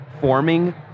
forming